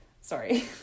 Sorry